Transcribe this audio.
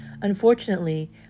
Unfortunately